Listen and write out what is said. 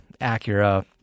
Acura